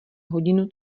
hodinu